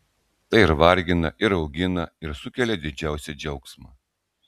tai ir vargina ir augina ir sukelia didžiausią džiaugsmą